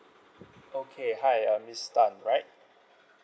okay hi uh miss tan right